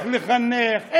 לחנך,